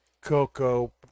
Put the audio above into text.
cocoa